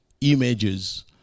images